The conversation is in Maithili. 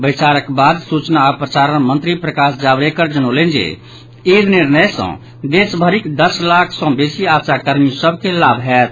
बैसारक बाद सूचना आ प्रसारण मंत्री प्रकाश जावड़ेकर जनौलनि जे ई निर्णय सँ देशभरिक दस लाख सँ बेसी आशा कर्मी सभ के लाभ होयत